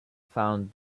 found